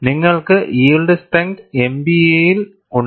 നിങ്ങൾക്ക് yield strength MPaയിൽ ഉണ്ട്